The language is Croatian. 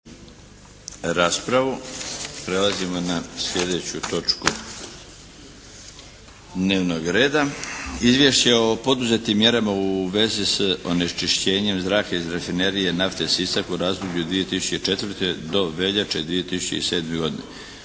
(HDZ)** Prelazimo na sljedeću točku dnevnog reda. - Izvješće o poduzetim mjerama u vezi s onečišćenjem zraka iz rafinerije nafte Sisak u razdoblju 2004. do veljače 2007. Po